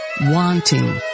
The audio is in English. Wanting